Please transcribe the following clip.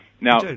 Now